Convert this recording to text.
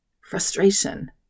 frustration